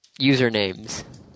usernames